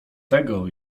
tego